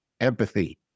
Empathy